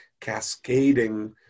cascading